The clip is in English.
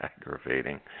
aggravating